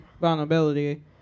vulnerability